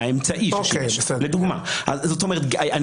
לדוגמה, האמצעי ששימש.